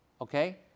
Okay